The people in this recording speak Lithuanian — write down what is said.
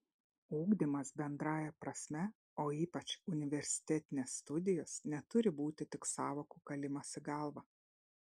ugdymas bendrąja prasme o ypač universitetinės studijos neturi būti tik sąvokų kalimas į galvą